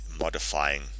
modifying